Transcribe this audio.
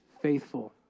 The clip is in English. faithful